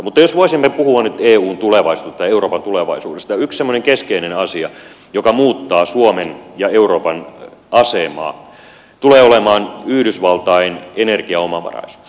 mutta jos voimme puhua nyt eun tulevaisuudesta euroopan tulevaisuudesta niin yksi semmoinen keskeinen asia joka muuttaa suomen ja euroopan asemaa tulee olemaan yhdysvaltain energiaomavaraisuus